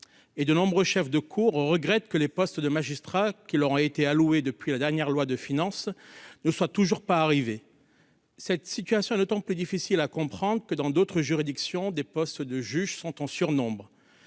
et de nombreux chefs de cour regrette que les postes de magistrats qui leur a été allouée depuis la dernière loi de finances ne soit toujours pas arrivé. Cette situation est d'autant plus difficile à comprendre que dans d'autres juridictions, des postes de juges sont en surnombre,